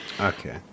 Okay